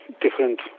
different